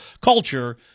culture